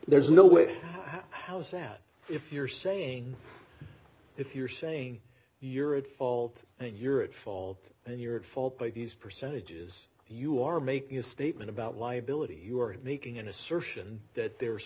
there's no way how's that if you're saying if you're saying you're at fault and you're at fall and you're at fault by these percentages you are making a statement about liability you are making an assertion that there's